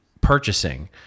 purchasing